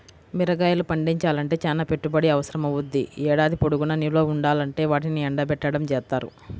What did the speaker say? మిరగాయలు పండించాలంటే చానా పెట్టుబడి అవసరమవ్వుద్ది, ఏడాది పొడుగునా నిల్వ ఉండాలంటే వాటిని ఎండబెట్టడం జేత్తారు